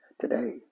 today